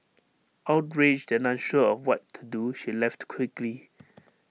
outraged and unsure of what to do she left quickly